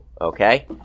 okay